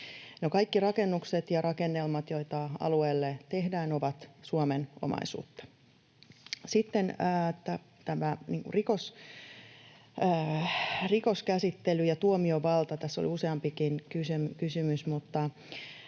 kaikki rakennukset ja rakennelmat, joita alueelle tehdään, ovat Suomen omaisuutta. Sitten tämä rikoskäsittely ja tuomiovalta. Tässä oli useampikin kysymys,